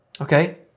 Okay